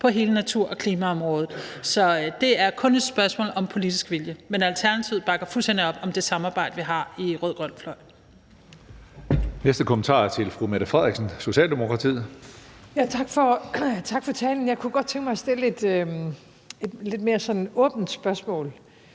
på hele natur- og klimaområdet. Så det er kun et spørgsmål om politisk vilje. Men Alternativet bakker fuldstændig op om det samarbejde, vi har i rød-grøn fløj.